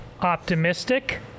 optimistic